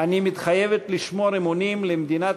"אני מתחייבת לשמור אמונים למדינת